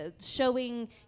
showing